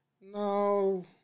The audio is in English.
No